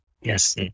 yes